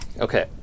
Okay